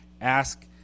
Ask